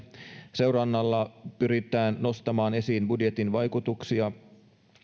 seurannalla pyritään nostamaan esiin budjetin vaikutuksia